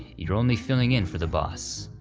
you're only filling in for the boss.